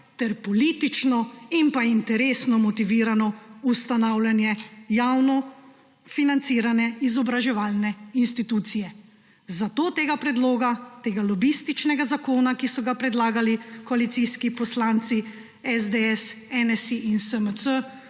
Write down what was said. ter politično in interesno motivirano ustanavljanje javno financirane izobraževalne institucije. Zato tega predloga, tega lobističnega zakona, ki so ga predlagali koalicijski poslanci SDS, NSi in SMC,